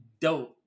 dope